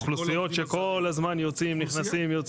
--- זה אוכלוסיות שכל הזמן נכנסים/יוצאים,